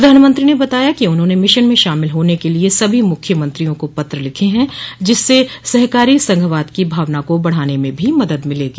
प्रधानमंत्री ने बताया कि उन्होंने मिशन में शामिल होन के लिये सभी मुख्यमंत्रियों को पत्र लिखे हैं जिससे सहकारी संघवाद की भावना को बढ़ाने में भी मदद मिलेगी